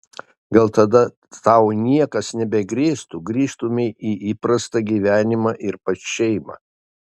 gal tada tau niekas nebegrėstų grįžtumei į įprastą gyvenimą ir pas šeimą